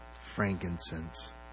frankincense